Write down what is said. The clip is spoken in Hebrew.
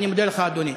אני מודה לך, אדוני.